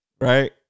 Right